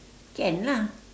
can lah